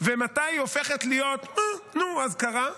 ומתי היא הופכת להיות "אה, נו, אז קרה"